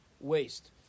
waste